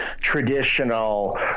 traditional